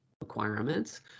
requirements